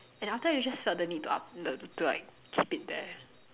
and after that you just felt the need to up the to like keep it there